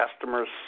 customers